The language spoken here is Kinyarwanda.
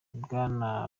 bwana